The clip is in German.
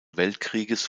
weltkrieges